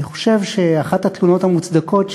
אני חושב שאחת התלונות המוצדקות,